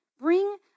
bring